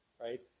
Right